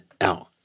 out